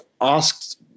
asked